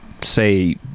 say